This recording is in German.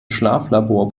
schlaflabor